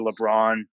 LeBron